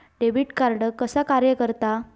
Debit card कसा कार्य करता?